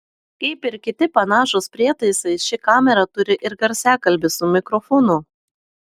kaip ir kiti panašūs prietaisai ši kamera turi ir garsiakalbį su mikrofonu